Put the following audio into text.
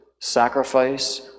sacrifice